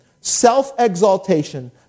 self-exaltation